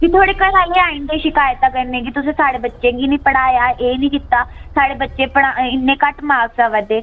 फ्ही थुआढ़े घरै आह्ले आई जंदे शिकायतां करने'ई जे तु'सें साढ़े बच्चें गी निं पढ़ाया एह् निं कीता साढ़े बच्चे पढ़ा इन्ने घट्ट मार्क्स आवा करदे